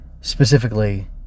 specifically